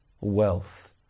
wealth